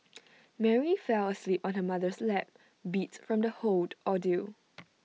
Mary fell asleep on her mother's lap beat from the whole ordeal